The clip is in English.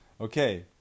Okay